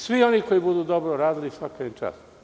Svi oni koji budu dobro radili, svaka im čast.